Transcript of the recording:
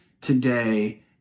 today